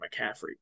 McCaffrey